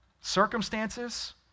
circumstances